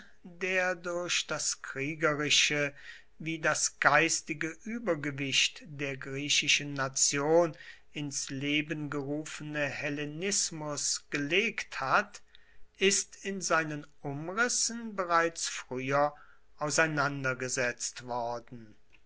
der durch das kriegerische wie das geistige übergewicht der griechischen nation ins leben gerufene hellenismus gelegt hat ist in seinen umrissen bereits früher auseinandergesetzt worden